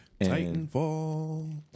Titanfall